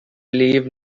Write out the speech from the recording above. leave